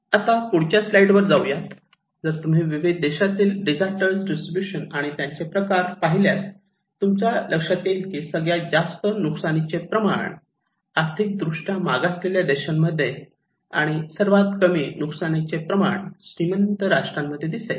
आता पुढचा स्लाईड वर जाऊया जर तुम्ही विविध देशातील डिजास्टर डिस्ट्रीब्यूशन आणि त्यांचे प्रकार हे पाहिल्यास तुमच्या लक्षात येईल की सगळ्यात जास्त नुकसानाचे प्रमाण आर्थिक दृष्ट्या मागासलेल्या देशांमध्ये आणि सर्वात कमी नुकसानाचे प्रमाण श्रीमंत राष्ट्रांमध्ये दिसेल